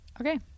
Okay